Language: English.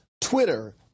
Twitter